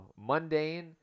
Mundane